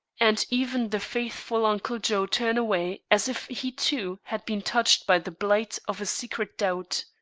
and even the faithful uncle joe turn away as if he too had been touched by the blight of a secret doubt.